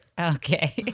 Okay